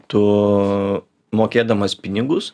tu mokėdamas pinigus